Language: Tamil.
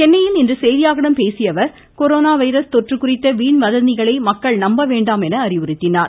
சென்னையில் இன்று செய்தியாளர்களிடம் பேசியஅவர் கொரோனா வைரஸ் தொற்று குறித்த வீண் வதந்திகளை மக்கள் நம்பவேண்டாம் என அறிவுறுத்தினார்